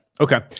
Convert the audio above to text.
Okay